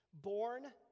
Born